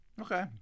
Okay